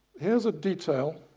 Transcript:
here's a detail